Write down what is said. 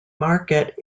market